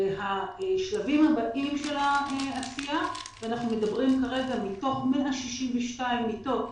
השלבים הבאים של העשייה מתוך 162 מיטות,